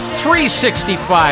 365